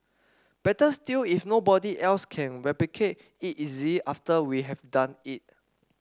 better still if nobody else can replicate it easily after we have done it